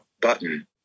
button